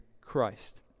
Christ